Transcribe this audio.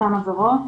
באותן עבירות.